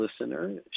listener